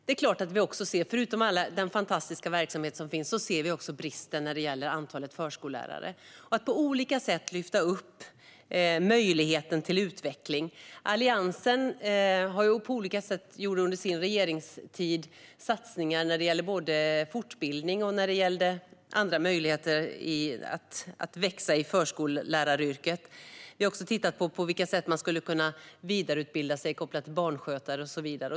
Det är klart att vi förutom all den fantastiska verksamhet som finns också ser bristen när det gäller antalet förskollärare. Vi vill på olika sätt lyfta upp möjligheten till utveckling. Alliansen gjorde under sin regeringstid satsningar när det gällde både fortbildning och andra möjligheter att växa i förskolläraryrket. Vi har också tittat på sätt att vidareutbilda sig kopplade till barnskötare och så vidare.